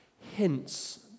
hints